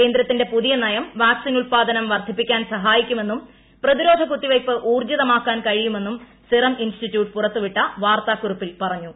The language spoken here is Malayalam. കേന്ദ്രത്തിന്റെ പുതിയ നയം വാക്സിൻ ഉത്പാദനം വർധിപ്പിക്കാൻ സഹായിക്കുമെന്നും പ്രതിരോധ കുത്തിവയ്പ്പ് ഊർജിതമാക്കാൻ കഴിയുമെന്നും സിറം ഇൻസ്റ്റിറ്റ്യൂട്ട് പുറത്തു വിട്ട വാർത്താക്കുറിപ്പിൽ പറഞ്ഞു